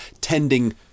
tending